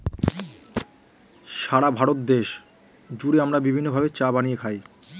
সারা ভারত দেশ জুড়ে আমরা বিভিন্ন ভাবে চা বানিয়ে খাই